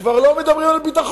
כבר לא מדברים על ביטחון.